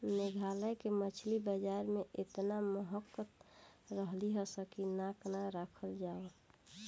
मेघालय के मछली बाजार में एतना महकत रलीसन की नाक ना राखल जाओ